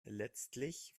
letztlich